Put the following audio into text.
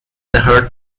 the